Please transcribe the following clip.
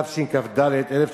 התשכ"ד 1964,